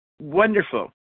wonderful